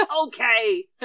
Okay